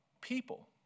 people